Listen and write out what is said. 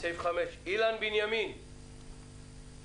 אני מנהל מינהל לבטיחות הגז במשרד האנרגיה.